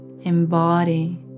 embody